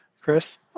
Chris